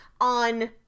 on